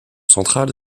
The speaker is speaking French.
central